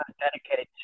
dedicated